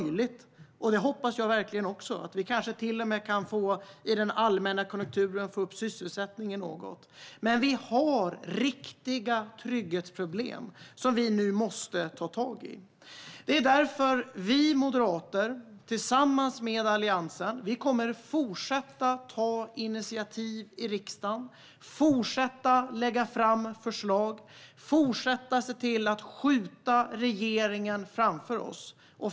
Jag hoppas att vi kanske i den allmänna konjunkturen kan få upp sysselsättningen något, men vi har riktiga trygghetsproblem som vi nu måste ta tag i. Det är därför vi moderater tillsammans med Alliansen kommer att fortsätta att ta initiativ i riksdagen, fortsätta att lägga fram förslag och fortsätta att se till att skjuta regeringen framför oss.